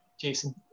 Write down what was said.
Jason